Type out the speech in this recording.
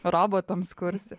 robotams kursi